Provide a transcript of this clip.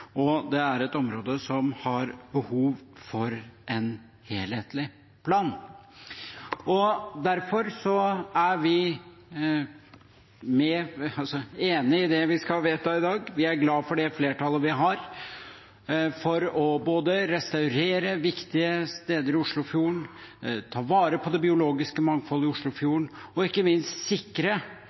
og det er et område som har behov for en helhetlig plan. Derfor er vi enig i det vi skal vedta i dag. Vi er glade for det flertallet vi har for både å restaurere viktige steder i Oslofjorden, ta vare på det biologiske mangfoldet i Oslofjorden og ikke minst sikre